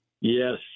Yes